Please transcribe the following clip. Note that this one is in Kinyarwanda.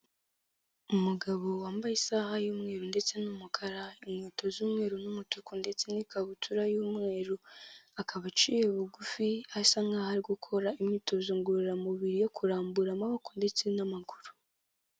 Umugabo wambaye isaha y'umweru ndetse n'umukara, inkweto z'umweru n'umutuku ndetse n'ikabutura y'umweru, akaba aciye bugufi asa nk'aho ari gukora imyitozo ngororamubiri yo kurambura amaboko ndetse n'amaguru.